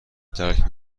درک